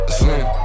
slim